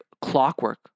clockwork